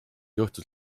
juhtus